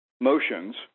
motions